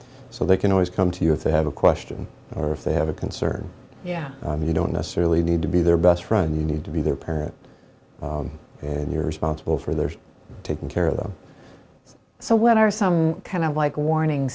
so they can always come to you if they have a question or if they have a concern yeah you don't necessarily need to be their best friend you need to be their parent and you're responsible for their taking care of them so what are some kind of like warning